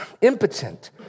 impotent